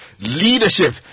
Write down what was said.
leadership